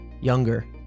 younger